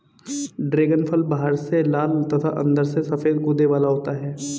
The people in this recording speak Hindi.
ड्रैगन फल बाहर से लाल तथा अंदर से सफेद गूदे वाला होता है